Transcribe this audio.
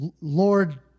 lord